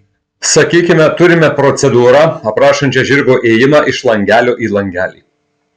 sakykime turime procedūrą aprašančią žirgo ėjimą iš langelio į langelį